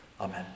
Amen